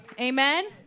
Amen